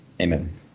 Amen